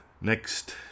Next